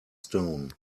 stone